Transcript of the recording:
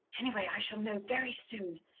anyway, i shall know very soon,